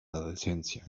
adolescencia